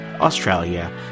Australia